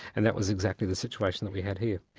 and that was exactly the situation that we had here.